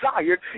desired